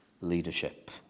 leadership